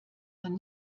man